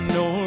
no